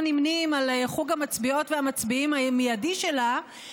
נמנים עם חוג המצביעות והמצביעים המיידי שלה.